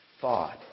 thought